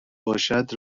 باشد